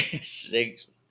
six